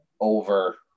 over